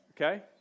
Okay